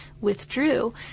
withdrew